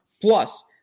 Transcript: Plus